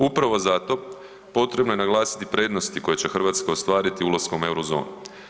Upravo zato potrebno je naglasiti prednosti koja će Hrvatska ostvariti ulaskom u eurozonu.